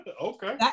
Okay